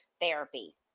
therapy